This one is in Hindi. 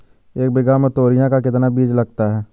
एक बीघा में तोरियां का कितना बीज लगता है?